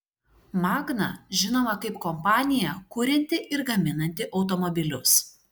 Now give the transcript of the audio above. magna žinoma kaip kompanija kurianti ir gaminanti automobilius